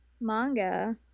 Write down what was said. manga